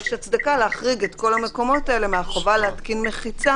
יש הצדקה להחריג את כל המקומות האלה מהחובה להתקין מחיצה